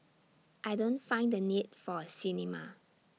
I don't find the need for A cinema